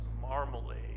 Marmalade